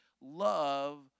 love